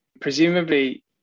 presumably